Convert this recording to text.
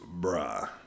bruh